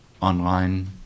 online